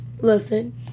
Listen